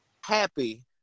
happy